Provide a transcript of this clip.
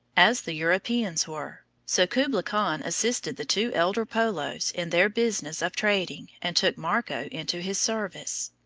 as the europeans were. so kublai khan assisted the two elder polos in their business of trading, and took marco into his service.